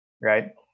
right